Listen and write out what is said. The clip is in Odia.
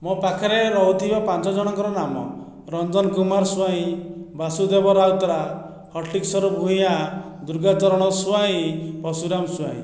ମୋ' ପାଖରେ ରହୁଥିବା ପାଞ୍ଚ ଜଣଙ୍କର ନାମ ରଞ୍ଜନ କୁମାର ସ୍ଵାଇଁ ବାସୁଦେବ ରାଉତରାୟ ହଟକିଶୋର ଭୂୟାଁ ଦୁର୍ଗାଚରଣ ସ୍ଵାଇଁ ପର୍ଶୁରାମ ସ୍ଵାଇଁ